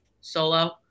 solo